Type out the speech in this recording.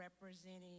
representing